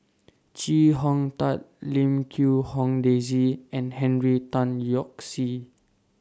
Chee Hong Tat Lim Quee Hong Daisy and Henry Tan Yoke See